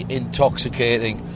intoxicating